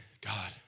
God